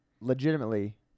legitimately